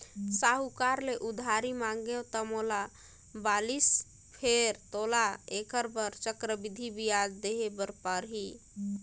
साहूकार ले उधारी मांगेंव त मोला बालिस फेर तोला ऐखर बर चक्रबृद्धि बियाज देहे बर परही